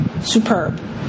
Superb